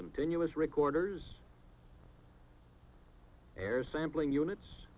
continuous recorders air sampling units